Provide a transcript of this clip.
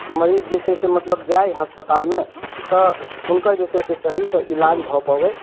मरीज जे छै से मतलब जाइ अस्पतालमे तऽ हुनकर जे छै से सहीसँ इलाज भऽ पबै